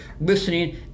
listening